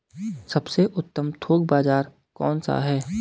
सबसे उत्तम थोक बाज़ार कौन सा है?